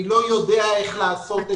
אני לא יודע איך לעשות את זה.